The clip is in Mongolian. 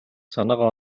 санаагаа